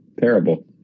Terrible